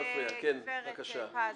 גברת פז,